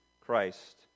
Christ